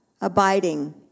abiding